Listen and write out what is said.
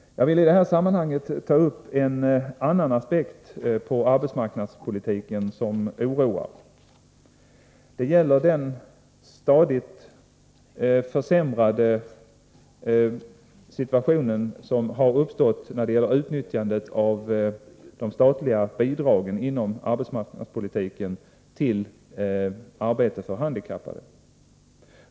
Jag vill i detta sammanhang ta upp en annan aspekt på arbetsmarknadspolitiken som oroar. Det gäller den stadigt försämrade situationen när det gäller utnyttjandet av de statliga bidragen inom arbetsmarknadspolitiken till arbete för handikappade.